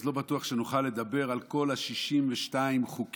אז לא בטוח שנוכל לדבר על כל 62 החוקים,